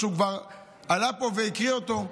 הוא כבר עלה לפה והקריא אותו.